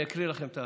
ואני אקריא לכם.